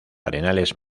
arenales